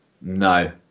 No